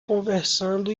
conversando